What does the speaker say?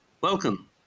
Welcome